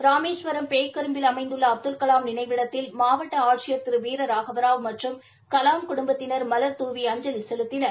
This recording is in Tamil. ராமேஸ்வரம் பேய்க்கரும்பில் அமைந்துள்ள அப்துல்கலாம் நினைவிடத்தில் மாவட்ட ஆட்சியர் திரு வீர ராகவராவ் மற்றும் கலாம் குடும்பத்தினர் மலர்தூவி அஞ்சலி செலுத்தினார்